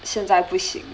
现在不行